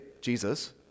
Jesus